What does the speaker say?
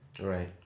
right